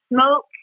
smoke